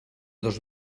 dos